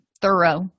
thorough